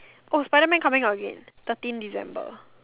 oh Spiderman coming out again thirteen December